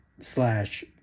slash